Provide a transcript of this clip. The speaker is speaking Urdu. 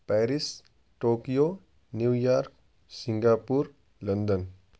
Paris Tokyo New York Singapore London